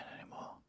anymore